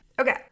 Okay